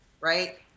right